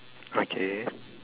okay